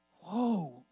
Whoa